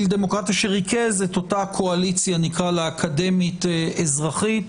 לדמוקרטיה שריכז אותה קואליציה אקדמית אזרחית.